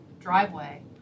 driveway